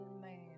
man